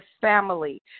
family